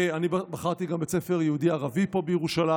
ואני בחרתי גם בית ספר יהודי-ערבי פה בירושלים.